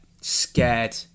scared